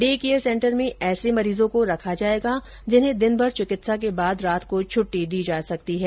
day care centre में ऐसे मरीजों को रखा जाएगा जिन्हें दिनभर चिकित्सा के बाद रात को छट्टी दी जा सकती है